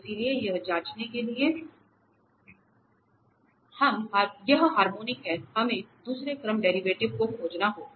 इसलिए यह जांचने के लिए कि यह हार्मोनिक है हमें दूसरे क्रम डेरिवेटिव को खोजना होगा